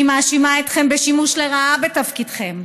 אני מאשימה אתכם בשימוש לרעה בתפקידכם.